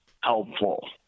helpful